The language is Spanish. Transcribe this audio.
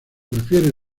prefiere